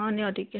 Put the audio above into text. ହଁ ନିଅ ଟିକେ